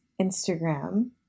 Instagram